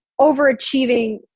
overachieving